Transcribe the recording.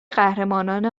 قهرمانان